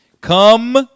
Come